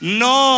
no